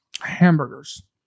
Hamburgers